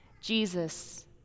Jesus